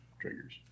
triggers